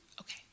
Okay